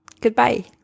goodbye